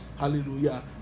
Hallelujah